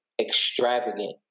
extravagant